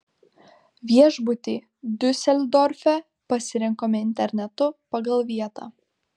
viešbutį diuseldorfe pasirinkome internetu pagal vietą